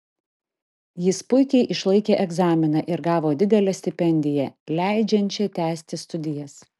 jis puikiai išlaikė egzaminą ir gavo didelę stipendiją leidžiančią tęsti studijas